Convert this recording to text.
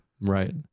Right